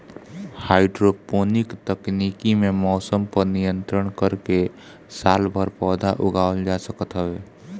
hydroponic तकनीकी में मौसम पअ नियंत्रण करके सालभर पौधा उगावल जा सकत हवे